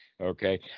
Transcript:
Okay